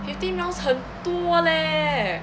fifteen rounds 很多 leh